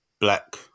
black